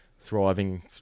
thriving